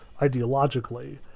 ideologically